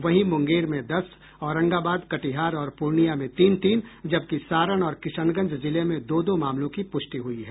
वहीं मुंगेर में दस औरंगाबाद कटिहार और पूर्णिया में तीन तीन जबकि सारण और किशनगंज जिले में दो दो मामलों की पुष्टि हुई है